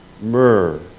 myrrh